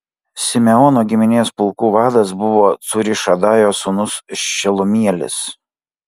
simeono giminės pulkų vadas buvo cūrišadajo sūnus šelumielis